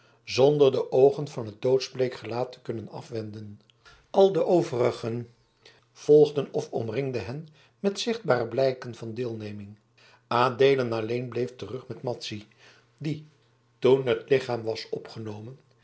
zonder de oogen van het doodsbleek gelaat te kunnen afwenden al de overigen volgden of omringden hen met zichtbare blijken van deelneming adeelen alleen bleef terug met madzy die toen het lichaam was opgenomen